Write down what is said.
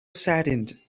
saddened